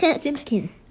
Simpkins